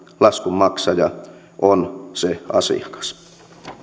laskun maksaja on se asiakas